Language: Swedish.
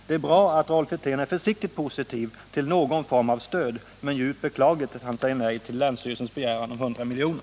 Det är bra att Rolf Wirtén är försiktigt positiv till någon form av stöd men djupt beklagligt att han säger nej till länsstyrelsens begäran om 100 miljoner.